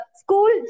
school